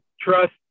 trust